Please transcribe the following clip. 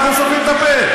ואנחנו סותמים את הפה,